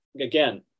again